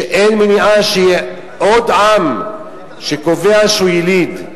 קובע שאין מניעה שיהיה עוד עם שקובע שהוא יליד.